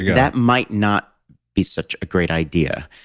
that might not be such a great idea,